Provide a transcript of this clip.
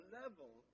level